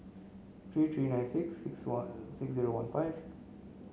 three three nine six six one six zero one five